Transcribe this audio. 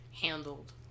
handled